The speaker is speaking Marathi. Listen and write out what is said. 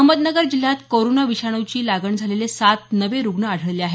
अहमदनगर जिल्ह्यात कोरोना विषाणूची लागण झालेले सात नवे रुग्ण आढळले आहेत